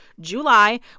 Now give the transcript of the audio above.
July